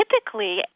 Typically